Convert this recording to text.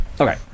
Okay